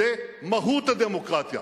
זו מהות הדמוקרטיה.